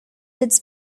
its